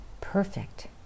perfect